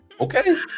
Okay